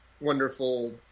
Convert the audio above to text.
wonderful